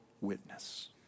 witness